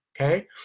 okay